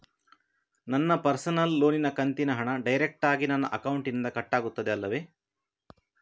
ನನ್ನ ಪರ್ಸನಲ್ ಲೋನಿನ ಕಂತಿನ ಹಣ ಡೈರೆಕ್ಟಾಗಿ ನನ್ನ ಅಕೌಂಟಿನಿಂದ ಕಟ್ಟಾಗುತ್ತದೆ ಅಲ್ಲವೆ?